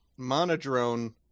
monodrone